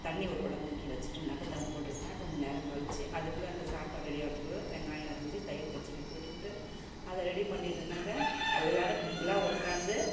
தண்ணி ஒரு குடம் தூக்கி வச்சுட்டேனாக்கா தம் போட்டேனால் கொஞ்சம் நேரம் கழித்து அதுக்குள்ளே அந்த சாப்பாடு ரெடியாகறதுக்குள்ள வெங்காயம் அரிஞ்சு தயிர் பச்சடி போட்டுக்கிட்டு அதை ரெடி பண்ணிட்டேனாக்க எல்லோரும் கும்பலாக உக்காந்து